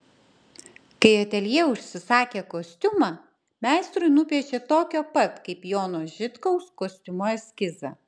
kai ateljė užsisakė kostiumą meistrui nupiešė tokio pat kaip jono žitkaus kostiumo eskizą